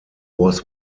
was